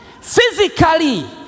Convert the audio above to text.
physically